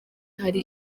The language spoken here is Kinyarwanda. hari